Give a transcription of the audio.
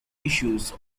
issues